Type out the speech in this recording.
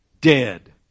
dead